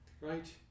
Right